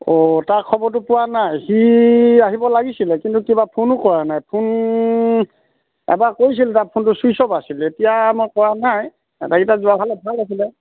অঁ তাৰ খবৰটো পোৱা নাই সি আহিব লাগিছিলে কিন্তু কিবা ফোনো কৰা নাই ফোন এবাৰ কৰিছিল তাৰ ফোনটো ছুইচ অ'ফ আছিলে এতিয়া মই কৰা নাই এটাইকেইটা যোৱা হ'লে ভাল আছিলে